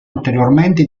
ulteriormente